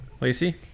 Lacey